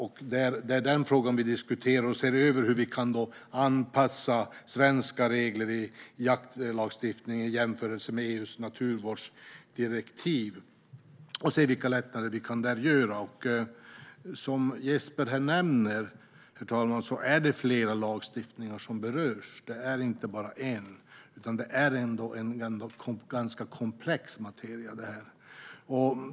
Vi diskuterar nu denna fråga och ser över hur vi ska kunna anpassa svenska regler i jaktlagstiftningen till EU:s naturvårdsdirektiv för att se vilka lättnader som vi kan göra. Som Jesper Skalberg Karlsson här nämner är det flera lagstiftningar som berörs, och detta är en ganska komplex materia.